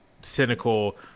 cynical